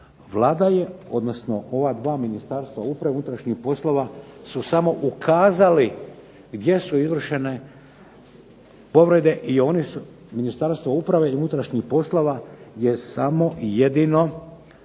Vlada je, odnosno ova 2 ministarstva, uprave i unutrašnjih poslova, su samo ukazali gdje su izvršene povrede i oni su Ministarstvo uprave i unutrašnjih poslova je samo i jedino